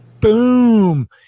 boom